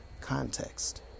context